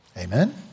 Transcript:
Amen